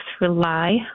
rely